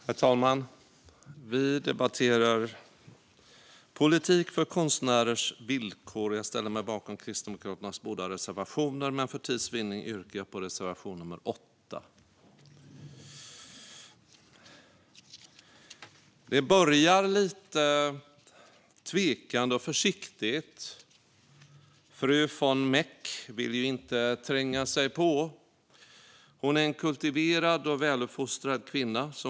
Herr talman! Vi debatterar politik för konstnärers villkor, och jag ställer mig bakom Kristdemokraternas båda reservationer. Men för tids vinnande yrkar jag bifall bara till reservation 8. Det börjar lite tvekande och försiktigt. Fru von Meck vill ju inte tränga sig på. Hon är en kultiverad och väluppfostrad kvinna.